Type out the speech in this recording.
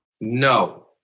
No